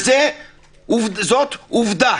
וזאת עובדה.